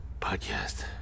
podcast